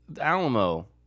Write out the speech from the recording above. Alamo